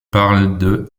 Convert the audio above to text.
parle